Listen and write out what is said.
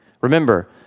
Remember